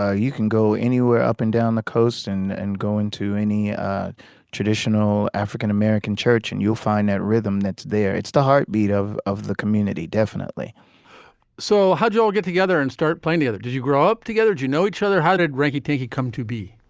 ah you can go anywhere up and down the coast and and go into any traditional african-american church and you'll find that rhythm that's there. it's the heartbeat of of the community, definitely so how'd you all get together and start playing the other? did you grow up together? do you know each other? how did regie take come to be?